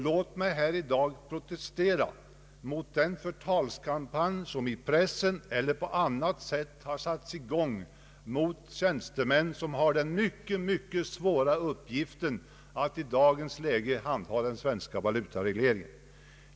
Låt mig här i dag protestera mot den förtalskampanj som i pressen eller på annat sätt har satts i gång mot tjänstemän som har den mycket svåra uppgiften att i dagens läge handha den svenska valutaregleringen.